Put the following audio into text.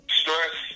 stress